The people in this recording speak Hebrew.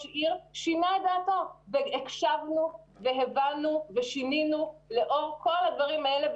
עיר שישנה את דעתו והקשבנו והבנו ושינינו לאור כל הדברים האלה.